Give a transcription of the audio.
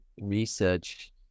research